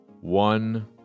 one